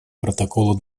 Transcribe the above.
протокола